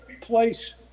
place